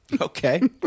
Okay